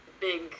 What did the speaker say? big